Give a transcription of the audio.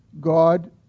God